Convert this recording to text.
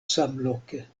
samloke